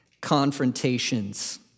confrontations